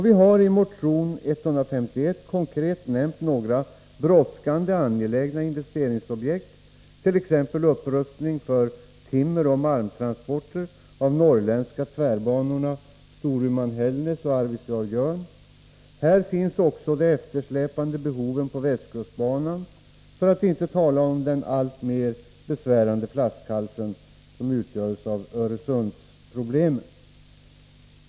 Vi har i motion 151 konkret nämnt några brådskande och angelägna investeringsobjekt, t.ex. upprustning för timmeroch malmtransporter av de norrländska tvärbanorna Storuman-Hällnäs och Arvidsjaur-Jörn. Här finns också de eftersläpande behoven på västkustbanan, för att inte tala om den alltmer besvärande flaskhals som utgörs av Öresundsproblemen.